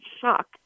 shock